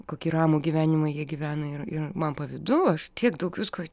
kokį ramų gyvenimą jie gyvena ir ir man pavydu aš tiek daug visko